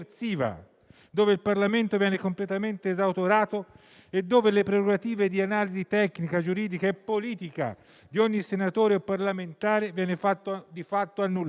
cui il Parlamento viene completamente esautorato e le prerogative di analisi tecnica, giuridica e politica di ogni senatore o parlamentare vengono di fatto annullate.